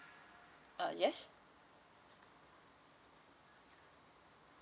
uh yes